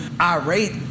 irate